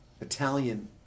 Italian